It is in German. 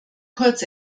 kurz